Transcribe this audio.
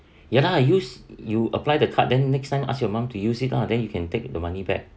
ya lah use you apply the card then next time ask your mum to use it lah then you can take the money back